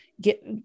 get